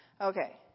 Okay